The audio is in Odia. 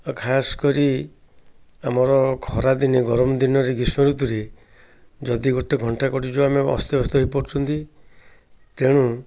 ଆଉ ଖାସ କରି ଆମର ଖରାଦିନେ ଗରମ ଦିନରେ ଗ୍ରୀଷ୍ମ ଋତୁରେ ଯଦି ଗୋଟେ ଘଣ୍ଟା କଟିଯିବ ଆମେ ଅସ୍ତ ବ୍ୟସ୍ତ ହେଇ ପଡ଼ୁଛନ୍ତି ତେଣୁ